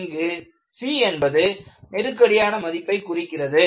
இங்கு c என்பது நெருக்கடியான மதிப்பை குறிக்கிறது